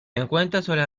encuentra